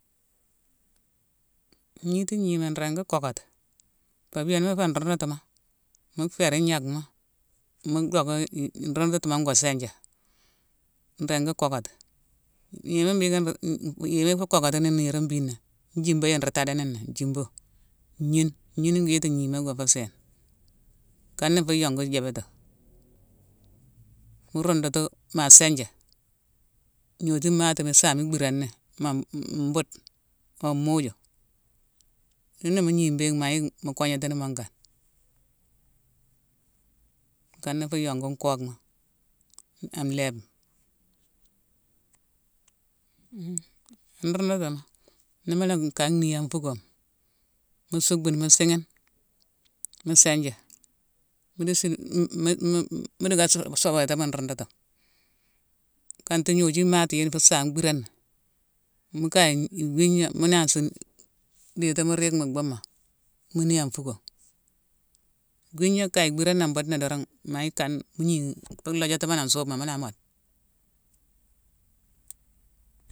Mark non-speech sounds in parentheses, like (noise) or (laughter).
Ngniti ngnima nringhi kokoti. Pabia ni mu fé nrundutuma, mu féri ngnackma, mu docké i- i- nrundutima ngo sinjé, nringi kokotu. Yéma mbhiiké ru- n- n- yéma ifu kokotini niirone mbina: njiibo yéne nruu tadanini, mjiibo, ngnine. Ngnine gwiiti gnima ngo fé sééne. Nkana nfu yongu jabétima. mu rundutu, ma sinjé; ngnoju imatima isaame ibhirani ma budena, ma moojuma. Yona mu gni mbéghine, ma yick mu kognatini monkane. Nkana nfu yongu nkooma, an léébma. (hesitation) nrundutima, nimu loome ka ni an fuckoma, mu suck bhuni mu sighine, mu sinjé. Mu désiné m- m- mu- dicka sowati mhu nrundutima. Kanti ignoju imatiyune ifu saame bhirani. Mu kaye i- iwigna mu nansi diti mu riik mu beuma, mu ni an fukoma. Gwigna kaye bhirani an budna dorong ma yick kan mu gnighi fo lhojatimoni am suubma, mula mode.